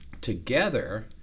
Together